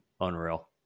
Unreal